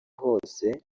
hose